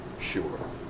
sure